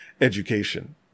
education